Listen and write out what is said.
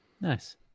Nice